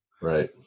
Right